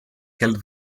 held